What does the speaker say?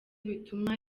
bituma